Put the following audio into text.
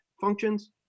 functions